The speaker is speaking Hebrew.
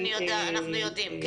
כן, אנחנו יודעים.